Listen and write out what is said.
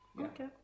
Okay